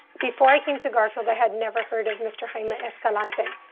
before i came to garfield, i had never heard of mr. jaime escalante.